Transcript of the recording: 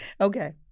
okay